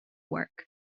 work